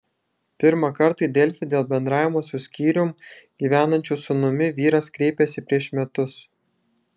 pirmą kartą į delfi dėl bendravimo su skyrium gyvenančiu sūnumi vyras kreipėsi prieš metus